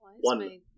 One